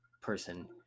person